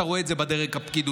אתה רואה את זה בדרג הפקידותי,